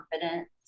confidence